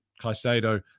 Caicedo